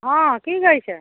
অঁ কি কৰিছে